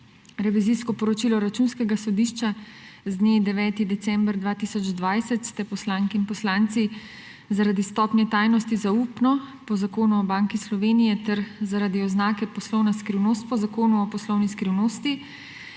Revizijsko poročilo Računskega sodišča z dne 9. december 2020 ste poslanke in poslanci zaradi stopnje tajnosti zaupno po Zakonu Banke Slovenije ter zaradi oznake poslovna skrivnost po Zakonu o poslovni skrivnosti